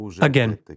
again